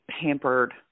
hampered